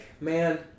man